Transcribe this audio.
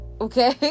Okay